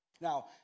Now